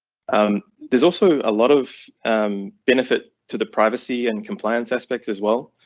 um there's also a lot of benefit to the privacy and compliance aspects as well.